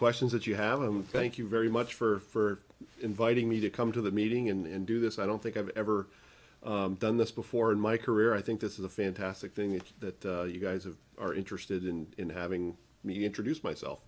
questions that you have i'm thank you very much for inviting me to come to the meeting and do this i don't think i've ever done this before in my career i think this is a fantastic thing that you guys have are interested in having me introduce myself